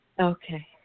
Okay